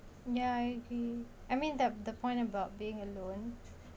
ya I be I mean the the point about being alone